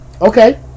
Okay